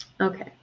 Okay